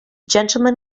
gentleman